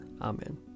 Amen